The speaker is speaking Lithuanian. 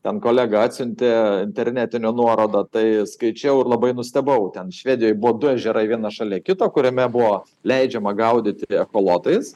ten kolega atsiuntė internetinę nuorodą tai skaičiau ir labai nustebau ten švedijoj buvo du ežerai vienas šalia kito kuriame buvo leidžiama gaudyti echolotais